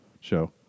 show